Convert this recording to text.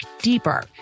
deeper